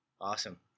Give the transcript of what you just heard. Awesome